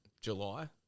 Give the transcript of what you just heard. July